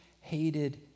hated